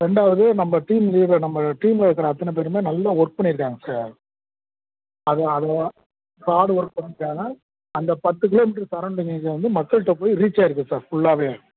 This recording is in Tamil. ரெண்டாவது நம்ம டீம் லீடர் நம்ம டீம்ல இருக்க அத்தனை பேருமே நல்லா ஒர்க் பண்ணியிருக்காங்க சார் அது அதுவும் ஹார்ட் ஒர்க் பண்ணியிருக்காங்க அந்த பத்து கிலோமீட்டரு சரௌண்டிங் இது வந்து மக்கள்கிட்ட போய் ரீச் ஆகிருக்கு சார் ஃபுல்லாகவே